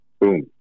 boom